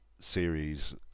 series